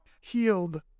healed